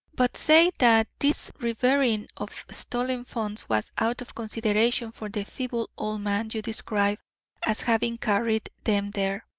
but say that this reburying of stolen funds was out of consideration for the feeble old man you describe as having carried them there,